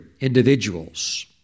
individuals